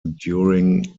during